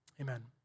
amen